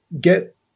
get